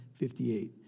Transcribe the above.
58